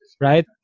right